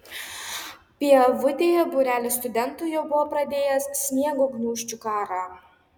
pievutėje būrelis studentų jau buvo pradėjęs sniego gniūžčių karą